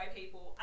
people